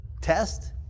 test